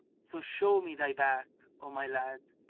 so show me thy back, o my lad,